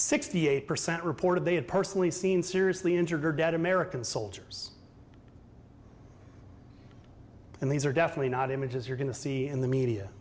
sixty eight percent reported they have personally seen seriously injured or dead american soldiers and these are definitely not images you're going to see in the media